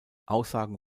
aussagen